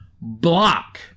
block